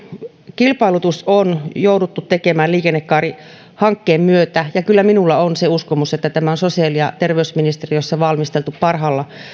kilpailutus on jouduttu tekemään liikennekaarihankkeen myötä ja kyllä minulla on se uskomus että tämä on sosiaali ja terveysministeriössä valmisteltu parhaalla